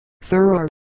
Sir